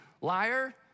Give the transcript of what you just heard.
Liar